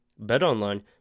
BetOnline